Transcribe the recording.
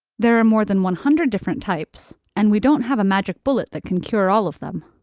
there are more than one hundred different types and we don't have a magic bullet that can cure all of them.